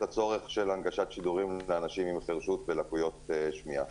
הצורך של הנגשת שידורים לאנשים עם חירשות ולקויות שמיעה.